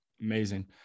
Amazing